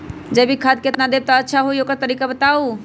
जैविक खाद केतना देब त अच्छा होइ ओकर तरीका बताई?